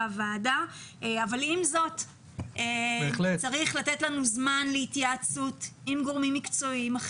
הוועדה אבל עם זאת צריך לתת לנו זמן להתייעצות עם גורמים מקצועיים,